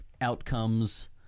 outcomes